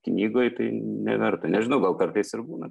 knygoj tai neverta nežinau gal kartais ir būna